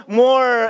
more